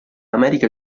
america